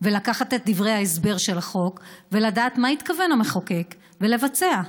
ולקחת את דברי ההסבר של החוק ולדעת למה התכוון המחוקק ולבצע.